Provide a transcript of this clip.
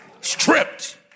Stripped